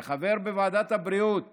כחבר בוועדת הבריאות